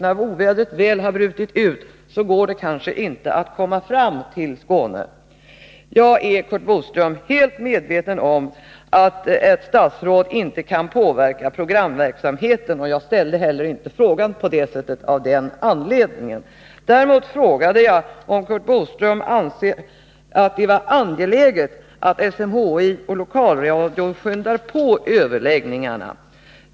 När ovädret väl har brutit ut går det kanske inte att komma fram till Skåne. Jag är, Curt Boström, helt medveten om att ett statsråd inte kan påverka programverksamheten. Av den anledningen ställde jag inte heller frågan så. Däremot frågade jag om Curt Boström anser att det är angeläget att SMHI och lokalradion skyndar på överläggningarna.